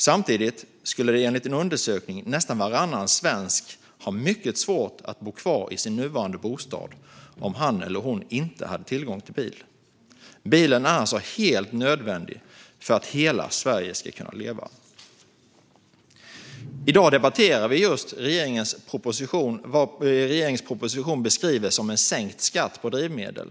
Samtidigt skulle enligt en undersökning nästan varannan svensk ha mycket svårt att bo kvar i sin nuvarande bostad om han eller hon inte hade tillgång till bil. Bilen är alltså helt nödvändig för att hela Sverige ska leva. I dag debatterar vi just vad regeringens proposition beskriver som sänkt skatt på drivmedel.